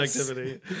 activity